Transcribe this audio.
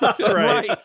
right